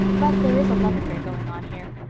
but there is a love affair going on here.